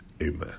amen